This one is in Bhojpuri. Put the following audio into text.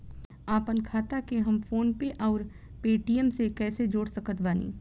आपनखाता के हम फोनपे आउर पेटीएम से कैसे जोड़ सकत बानी?